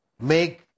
make